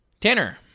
Tanner